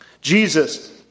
Jesus